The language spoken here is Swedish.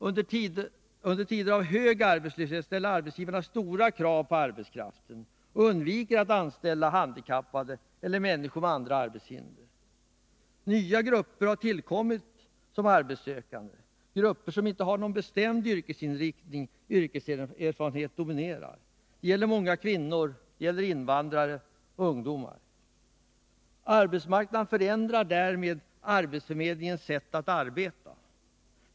Under tider av hög arbetslöshet ställer arbetsgivarna stora krav på arbetskraften och undviker att anställa handikappade eller människor med andra arbetshinder. Nya grupper har tillkommit som arbetssökande. Grupper som inte har någon bestämd yrkesinriktning eller yrkeserfarenhet dominerar. Det gäller många kvinnor, invandrare och ungdomar. Arbetsmarknaden förändrar därmed arbetsförmedlingens sätt att arbeta.